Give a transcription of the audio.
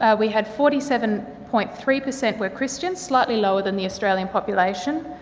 we had forty seven point three per cent were christian, slightly lower than the australian population,